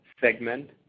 segment